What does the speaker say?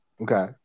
Okay